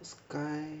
sky